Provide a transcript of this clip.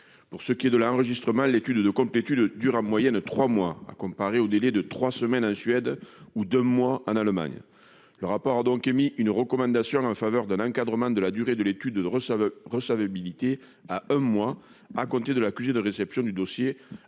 Pour ce qui est de l'enregistrement, l'étude de complétude dure en moyenne trois mois, alors que le délai est de trois semaines en Suède et de deux mois en Allemagne. Le rapport a donc formulé une recommandation en faveur de l'encadrement de la durée de l'étude de recevabilité, en la portant à un mois à compter de l'accusé de réception du dossier